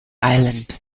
island